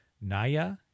Naya